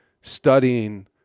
studying